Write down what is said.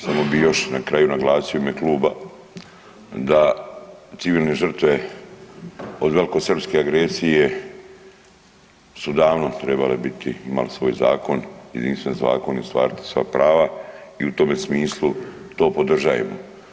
Samo bih još na kraju naglasio u ime kluba da civilne žrtve od velikosrpske agresije su davno trebale biti, imali svoj zakon, jedinstven zakon i ostvariti svoja prava i u tome smislu to podržajemo.